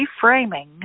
reframing